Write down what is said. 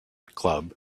club